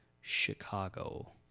Chicago